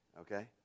okay